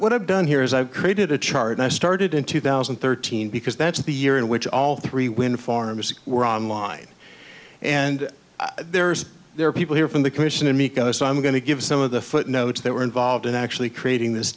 what i've done here is i've created a chart i started in two thousand and thirteen because that's the year in which all three when a pharmacy were online and there's there are people here from the commission in micco so i'm going to give some of the footnotes that were involved in actually creating this